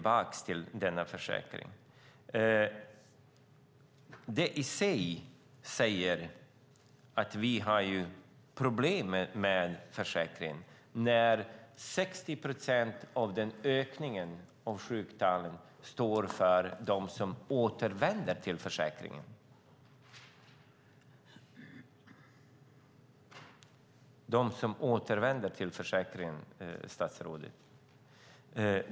När 60 procent av ökningen av sjuktalen står för dem som återvänder till försäkringen visar att vi har problem med försäkringen, statsrådet.